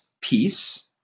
peace